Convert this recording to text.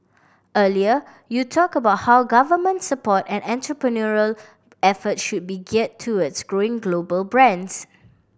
earlier you talked about how government support and entrepreneurial effort should be geared towards growing global brands